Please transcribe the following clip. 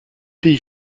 pays